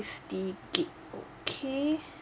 fifty gig okay